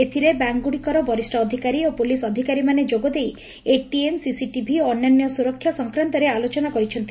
ଏଥିରେ ବ୍ୟାଙ୍କ୍ଗୁଡ଼ିକର ବରିଷ ଅଧିକାରୀ ଓ ପୁଲିସ୍ ଅଧିକାରୀମାନେ ଯୋଗ ଦେଇ ଏଟିଏମ୍ ସିସିଟିଭି ଓ ଅନ୍ୟାନ୍ୟ ସୁରକ୍ଷା ସଂକ୍ରାନ୍ଡରେ ଆଲୋଚନା କରିଛନ୍ତି